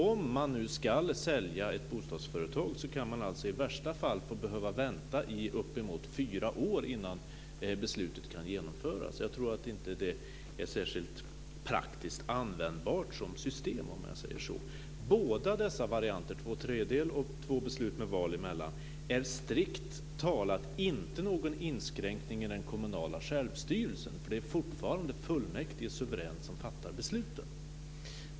Om man nu ska sälja ett bostadsföretag kan man alltså i värsta fall få vänta i uppemot fyra år innan beslutet kan genomföras. Jag tror inte att det är ett särskilt praktiskt användbart som system, om jag säger så. Ingen av dessa varianter, två tredjedels majoritet eller två beslut med val emellan, är strikt talat någon inskränkning i den kommunala självstyrelsen. Det är fortfarande fullmäktige som suveränt fattar besluten.